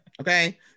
okay